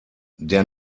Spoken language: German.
der